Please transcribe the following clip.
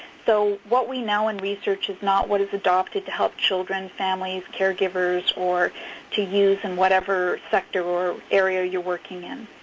so what we know in research is not what is adopted to help children, families, caregivers or to use in whatever sector or area you're working in,